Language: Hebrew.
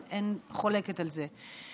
אין חולקת על זה.